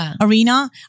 arena